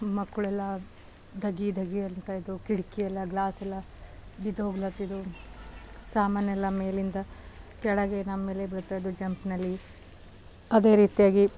ಮಕ್ಕಳೆಲ್ಲ ಧಗೆ ಧಗೆ ಅಂತ ಇದ್ದರು ಕಿಟಕಿಯೆಲ್ಲ ಗ್ಲಾಸೆಲ್ಲ ಬಿದ್ದೋಗ್ಲತ್ತಿದ್ದವು ಸಾಮಾನೆಲ್ಲ ಮೇಲಿಂದ ಕೆಳಗೆ ನಮ್ಮೇಲೆ ಬೀಳ್ತಾಯಿದ್ದವು ಜಂಪ್ನಲ್ಲಿ ಅದೇ ರೀತಿಯಾಗಿ